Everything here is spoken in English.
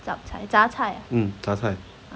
mm 杂菜